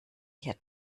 hier